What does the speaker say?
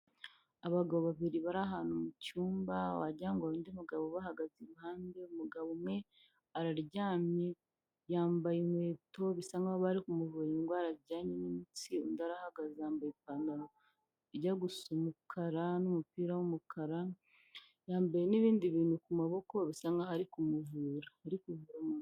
Abagabo babiri bari ahantu mucyumba wajya undi mugabo bahagaze iruhande umugabo umwe araryamye yambaye inkweto bisa nkaho bari kumuvura indwara ajyanye n'imitsi undi arahagaze yambaye ipantaro ijya gusa umukara n'umupira wumukara yambaye nibindi bintu kumaboko usa nkaho ari kumuvura.